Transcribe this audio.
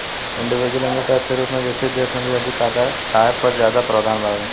individual income tax के रूप में विकसित देश में अधिक आय पर ज्यादा प्रावधान बावे